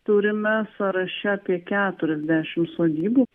turime sąraše apie keturiasdešimt sodybų